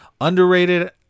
underrated